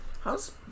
How's